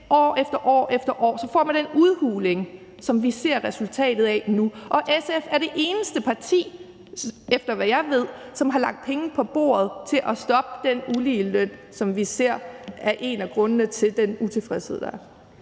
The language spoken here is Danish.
ikke det år efter år, får man en udhuling, som vi ser resultatet af nu. SF er det eneste parti – efter hvad jeg ved – som har lagt penge på bordet til at stoppe den uligeløn, som vi ser er en af grundene til den utilfredshed, der er.